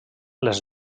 les